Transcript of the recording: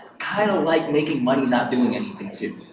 kinda like making money not doing anything, too.